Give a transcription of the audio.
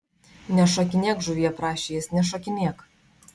nešokinėk žuvie prašė jis nešokinėk